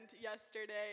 yesterday